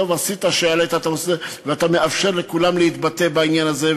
טוב אתה עושה שאתה מעלה את הנושא ואתה מאפשר לכולם להתבטא בעניין הזה,